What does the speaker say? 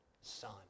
son